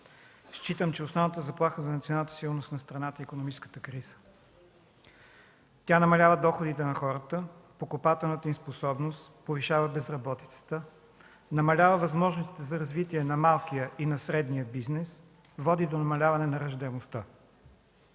считам, че основната заплаха за националната сигурност на страната е икономическата криза. Тя намалява доходите на хората, покупателната им способност, повишава безработицата, намалява възможностите за развитие на малкия и среден бизнес, води до намаляване на раждаемостта.